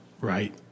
right